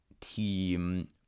team